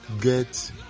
get